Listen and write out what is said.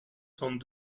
cent